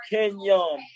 Kenyon